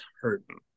hurting